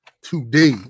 today